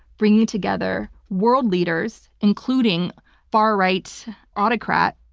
bringing together world leaders, including far right autocrat,